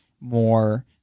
more